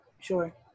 Sure